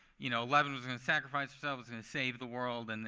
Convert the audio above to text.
you know eleven was going to sacrifice herself, was going to save the world. and